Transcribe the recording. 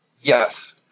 Yes